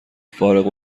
فارغ